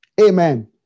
Amen